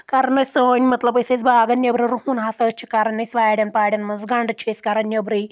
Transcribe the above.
کَرَان أسۍ سٲنۍ مطلب أسۍ ٲسۍ باغن نؠبرٕ رُہُن ہسا چھِ کران أسۍ وارؠن پارؠن منٛز گنٛڈٕ چھِ أسۍ کران نؠبرٕے